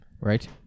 right